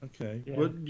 Okay